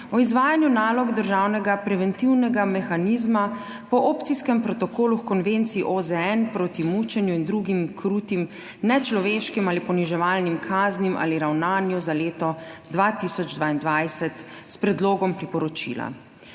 o izvajanju nalog državnega preventivnega mehanizma po Opcijskem protokolu h Konvenciji OZN proti mučenju in drugim krutim, nečloveškim ali poniževalnim kaznim ali ravnanju za leto 2022, s Predlogom priporočila.**